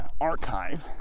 archive